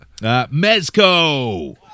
mezco